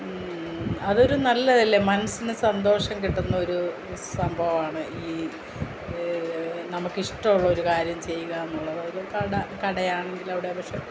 അതൊരു നല്ലതല്ലെ മനസ്സിൽ സന്തോഷം കിട്ടുന്നൊരു സംഭവമാണ് ഈ നമുക്കിഷ്ടമുള്ളൊരു കാര്യം ചെയ്യുകയെന്നുള്ളത് അതൊരു കട കടയാണെങ്കിൽ അവിടെ പക്ഷേ